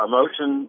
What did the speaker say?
motion